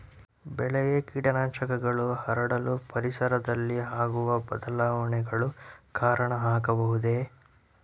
ಬೆಳೆಗೆ ಕೇಟನಾಶಕಗಳು ಹರಡಲು ಪರಿಸರದಲ್ಲಿ ಆಗುವ ಬದಲಾವಣೆಗಳು ಕಾರಣ ಆಗಬಹುದೇ?